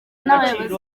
nabayobozi